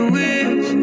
wish